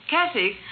Kathy